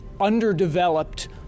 underdeveloped